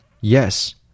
Yes